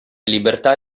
libertà